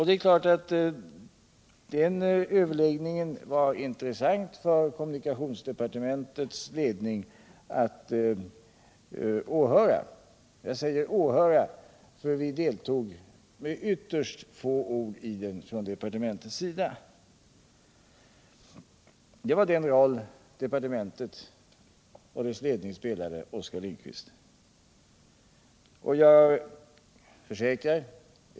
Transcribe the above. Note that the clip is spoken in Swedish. Det är klart att den överläggningen var intressant för kommunikationsdepartementets ledning att åhöra. Jag säger åhöra, för vi deltog med ytterst få ord i den från departementets sida. Det var den roll departementet och dess ledning spelade, Oskar Lindkvist!